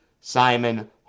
Simon